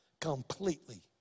Completely